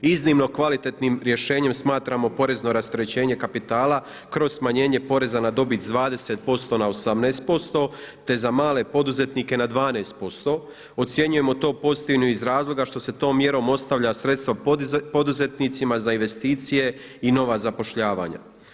Iznimno kvalitetnim rješenjem smatramo porezno rasterećenje kapitala kroz smanjenje poreza na dobit sa 20% na 18%, te za male poduzetnike na 12%. ocjenjujemo to pozitivnim iz razloga što se tom mjerom ostavlja sredstva poduzetnicima za investicije i nova zapošljavanja.